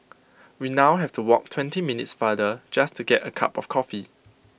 we now have to walk twenty minutes farther just to get A cup of coffee